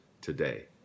today